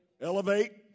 Elevate